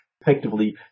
effectively